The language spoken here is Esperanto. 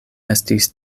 estis